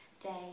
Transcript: day